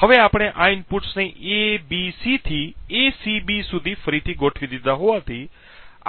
હવે આપણે આ ઇનપુટ્સને A B C થી A C B સુધી ફરીથી ગોઠવી દીધાં હોવાથી